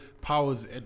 powers